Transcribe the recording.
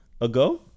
Ago